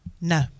No